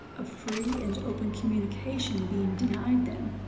a free and open communication being denied them,